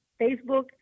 Facebook